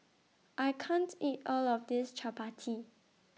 I can't eat All of This Chappati